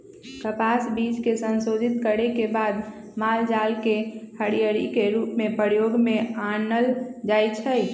कपास बीज के संशोधित करे के बाद मालजाल के हरियरी के रूप में प्रयोग में आनल जाइ छइ